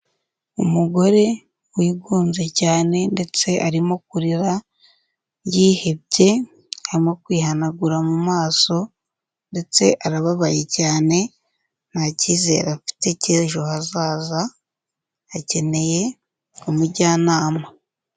Umugore wigunze cyane ndetse arimo kurira yihebye arimo kwihanagura mu maso ndetse arababaye cyane nta cyizere afite cy'ejo hazaza akeneye umujyanama.